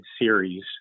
series